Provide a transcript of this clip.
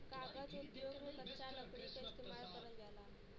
कागज उद्योग में कच्चा लकड़ी क इस्तेमाल करल जाला